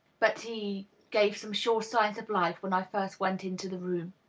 but he gave some sure signs of life when i first went into the room.